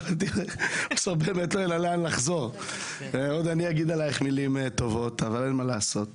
אני עוד אגיד עליך מילים טובות אבל אין מה לעשות,